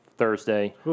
thursday